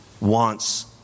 wants